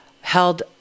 held